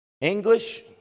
English